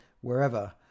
wherever